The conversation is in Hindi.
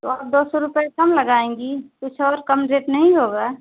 तो आप दो सौ रुपये कम लगाएँगी कुछ और कम रेट नहीं होगा